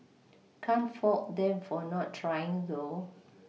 can't fault them for not trying though